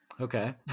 Okay